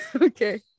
okay